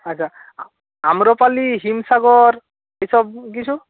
আচ্ছা আম্রপালি হিমসাগর এই সব কিছু